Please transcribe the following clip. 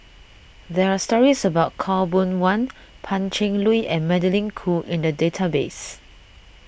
there are stories about Khaw Boon Wan Pan Cheng Lui and Magdalene Khoo in the database